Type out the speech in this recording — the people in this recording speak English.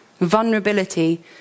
vulnerability